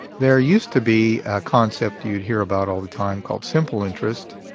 there used to be a concept you'd hear about all the time called simple interest.